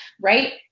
right